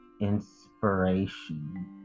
inspiration